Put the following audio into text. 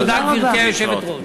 תודה רבה, גברתי היושבת-ראש.